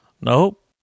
Nope